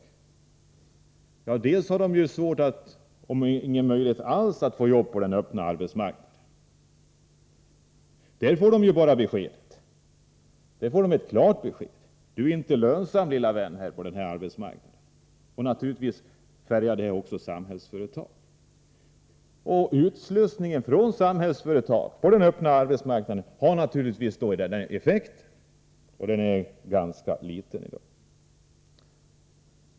De har till att börja med svårt eller inga möjligheter alls att få arbete på den öppna arbetsmarknaden. Där får de ett klart besked: Tyvärr är du inte lönsam på den här arbetsmarknaden, lilla vän. Det färgar naturligtvis också Samhällsföretag. Vidare är utslussningen från Samhällsföretag till den öppna arbetsmarknaden ganska liten i dag.